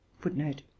Footnote